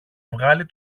βγάλει